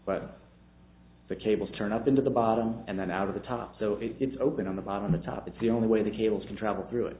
but the cable turned up into the bottom and then out of the top so it's open on the bottom the top it's the only way the cables can travel through it